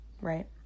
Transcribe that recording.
right